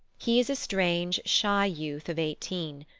he is a strange, shy youth of eighteen,